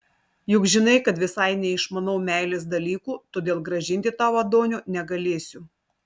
juk žinai kad visai neišmanau meilės dalykų todėl grąžinti tau adonio negalėsiu